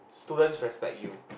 students respect you